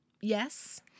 Yes